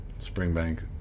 Springbank